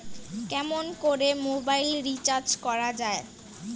কেমন করে mobile recharge করা য়ায়?